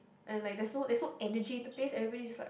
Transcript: and like there's no there's no energy to please everybody just like